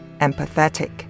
empathetic